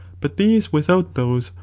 but these without those,